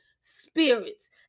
spirits